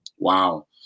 Wow